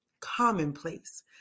commonplace